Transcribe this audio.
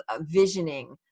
visioning